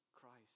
Christ